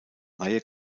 reihe